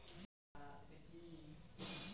ই commerce এ পণ্য কিনতে বা বেচতে কি বিষয়ে সতর্ক থাকব?